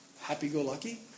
happy-go-lucky